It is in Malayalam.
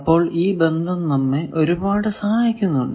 അപ്പോൾ ഈ ബന്ധം നമ്മെ ഒരുപാടു സഹായിക്കുന്നുണ്ട്